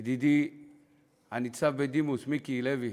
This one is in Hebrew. ידידי הניצב בדימוס מיקי לוי,